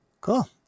Cool